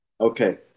okay